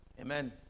Amen